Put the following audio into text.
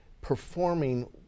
performing